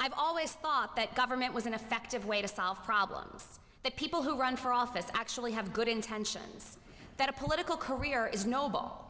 i've always thought that government was an effective way to solve problems that people who run for office actually have good intentions that a political career is noble